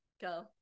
Go